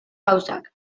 gauzak